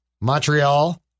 Montreal